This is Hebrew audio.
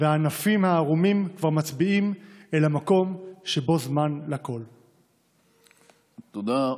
/ והענפים הערומים כבר מצביעים / אל המקום שבו זמן לכול." תודה.